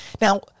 Now